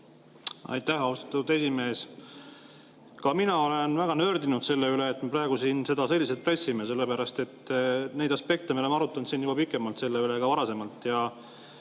Aitäh, austatud esimees! Ka mina olen väga nördinud selle üle, et me praegu seda siin selliselt pressime, sellepärast et neid aspekte me oleme arutanud siin pikemalt ka varem.